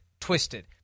twisted